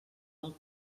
del